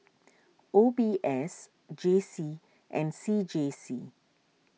O B S J C and C J C